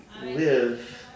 live